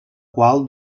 qual